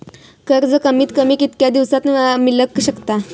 कर्ज कमीत कमी कितक्या दिवसात मेलक शकता?